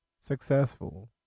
successful